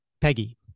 Peggy